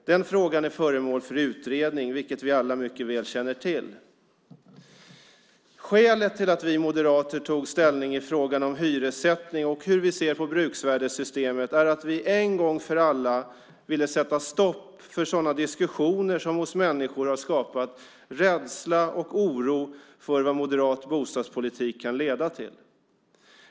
Den frågan är föremål för utredning, vilket vi alla mycket väl känner till. Skälet till att vi moderater tog ställning i frågan om hyressättning och hur vi ser på bruksvärdessystemet är att vi en gång för alla ville sätta stopp för sådana diskussioner som hos människor har skapat rädsla och oro för vad moderat bostadspolitik kan leda till.